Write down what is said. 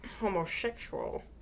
homosexual